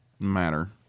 matter